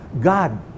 God